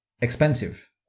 expensive